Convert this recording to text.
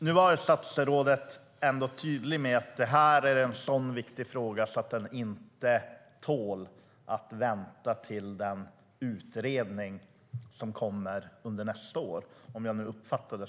Nu var statsrådet, om jag uppfattade henne rätt, ändå tydlig med att det här är en så viktig fråga att den inte kan vänta på en utredning som kommer under nästa år.